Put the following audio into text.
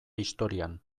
historian